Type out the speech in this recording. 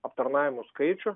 aptarnavimų skaičių